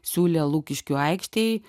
siūlė lukiškių aikštėj